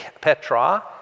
Petra